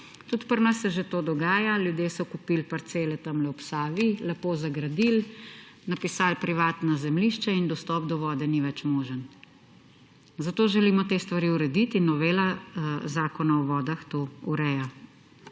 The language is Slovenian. Tudi pri nas se že to dogaja, ljudje so kupili parcele tamle ob Savi, lepo zagradili, napisali »privatno zemljišče« in dostop do vode ni več mogoč. Zato želimo te stvari urediti in novela Zakona o vodah to ureja.